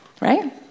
right